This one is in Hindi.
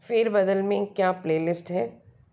फेरबदल में क्या प्लेलिस्ट है